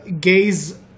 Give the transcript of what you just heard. gays